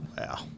Wow